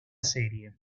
serie